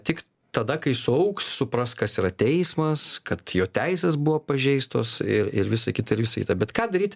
tik tada kai suaugs supras kas yra teismas kad jo teisės buvo pažeistos ir ir visa kita ir jisai tą bet ką daryt